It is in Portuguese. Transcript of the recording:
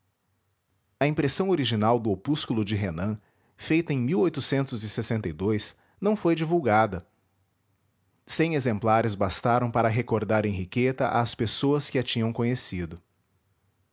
a impressão original do opúsculo de renan feita em não foi divulgada cem exemplares bastaram para recordar henriqueta às pessoas que a tinham conhecido